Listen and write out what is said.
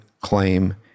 claim